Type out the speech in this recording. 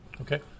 Okay